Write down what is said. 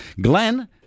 Glenn